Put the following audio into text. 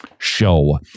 show